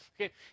Okay